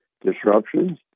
disruptions